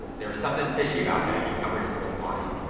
there was something fishy about that, he covered his whole body,